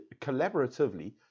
collaboratively